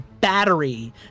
battery